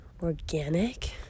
organic